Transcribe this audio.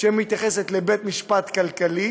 שמתייחסת לבית משפט כלכלי,